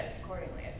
accordingly